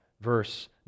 verse